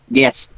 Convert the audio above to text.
yes